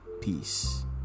peace